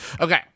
Okay